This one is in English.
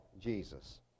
Jesus